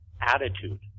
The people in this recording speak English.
attitude